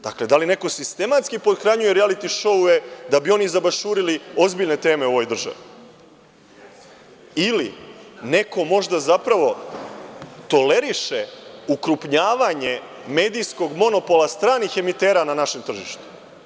Dakle, da li neko sistematski pothranjuje rijaliti šouove da bi oni zabašurili ozbiljne teme u ovoj državi ili neko možda zapravo toleriše ukrupnjavanje medijskog monopola stranih emitera na našem tržištu?